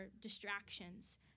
distractions